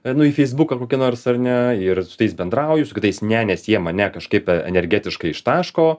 einu į feisbuką kokį nors ar ne ir su tais bendrauju su kitais ne nes jie mane kažkaip energetiškai ištaško